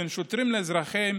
בין שוטרים לאזרחים,